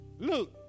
Look